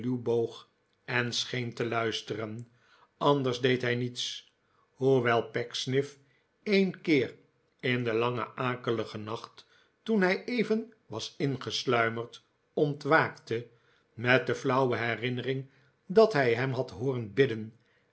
en scheen te luisteren anders deed hij niets hoe wel pecksniff een keer in den langen akeligen nacht toen hij even was ingesluimerd ontwaakte met de flauwe herinnering dat hij hem had hooren bidden